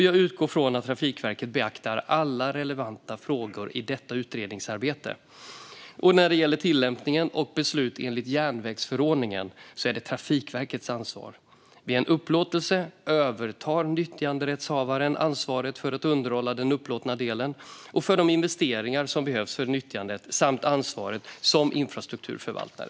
Jag utgår från att Trafikverket beaktar alla relevanta frågor i detta utredningsarbete. När det gäller tillämpning och beslut enligt järnvägsförordningen är det Trafikverkets ansvar. Vid en upplåtelse övertar nyttjanderättshavaren ansvaret för att underhålla den upplåtna delen och för de investeringar som behövs för nyttjandet samt ansvaret som infrastrukturförvaltare.